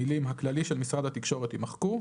המילים "הכללי של משרד התקשורת" יימחקו,